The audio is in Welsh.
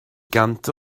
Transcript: gant